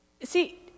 See